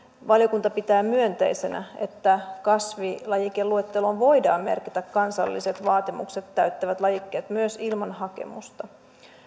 valiokunta pitää myönteisenä että kasvilajikeluetteloon voidaan merkitä kansalliset vaatimukset täyttävät lajikkeet myös ilman hakemusta